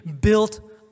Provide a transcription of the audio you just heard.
built